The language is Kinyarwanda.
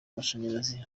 mashanyarazi